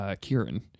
Kieran